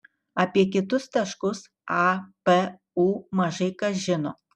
apie kitus taškus a p u mažai kas žino